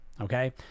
okay